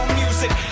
music